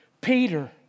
Peter